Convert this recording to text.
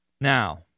Now